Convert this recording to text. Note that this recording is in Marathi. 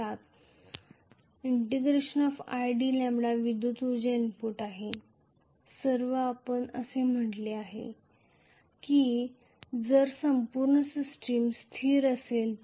आम्ही सर्व म्हटले आहे की आम्ही ही क्षेत्राच्या उर्जेशी समानता आणू शकतो फक्त जर संपूर्ण सिस्टम स्थिर असेल तरच